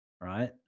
right